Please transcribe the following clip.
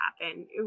happen